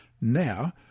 Now